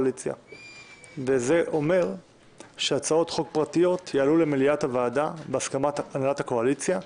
זה אומר שהצעות חוק פרטיות יעלו למליאת הוועדה בהסכמת הנהלת הקואליציה,